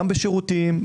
גם בשירותים,